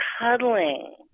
cuddling